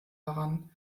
daran